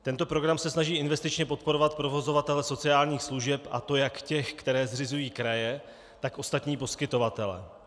Tento program se snaží investičně podporovat provozovatele sociálních služeb, a to jak ty, které zřizují kraje, tak ostatní poskytovatele.